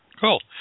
Cool